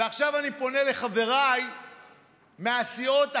ועכשיו אני פונה לחבריי מהסיעות החרדיות.